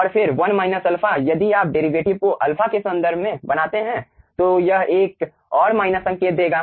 और फिर 1 α यदि आप डेरीवेटिव को α के सन्दर्भ में बनाते हैं तो यह एक और माइनस संकेत देगा